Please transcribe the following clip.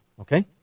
Okay